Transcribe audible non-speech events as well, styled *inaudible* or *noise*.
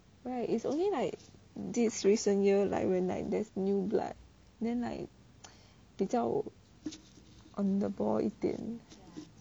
right is only like this recent year like when like there's new blood then like *noise* 比较 on the ball 一点